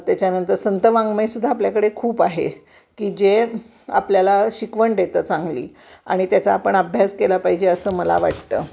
त्याच्यानंतर संतवाङ्मयसुद्धा आपल्याकडे खूप आहे की जे आपल्याला शिकवण देतं चांगली आणि त्याचा आपण अभ्यास केला पाहिजे असं मला वाटतं